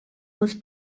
was